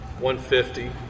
150